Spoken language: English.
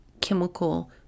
chemical